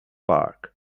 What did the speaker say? park